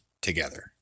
together